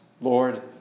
Lord